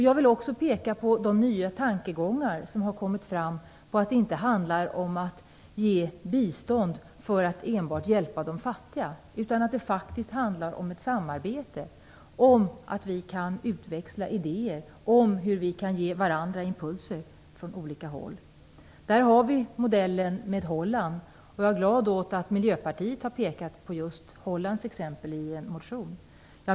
Jag vill peka på de nya tankegångarna om att det inte handlar om att ge bistånd enbart för att hjälpa de fattiga, utan att det faktiskt handlar om ett samarbete för att utväxla idéer om hur vi kan ge varandra impulser. Här finns modellen i Holland, och jag är glad över att Miljöpartiet i en motion just har pekat på exemplet Holland.